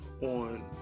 on